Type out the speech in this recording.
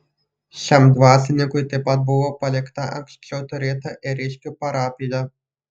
šiam dvasininkui taip pat buvo palikta anksčiau turėta ėriškių parapija